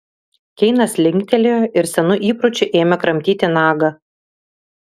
keinas linktelėjo ir senu įpročiu ėmė kramtyti nagą